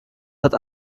hat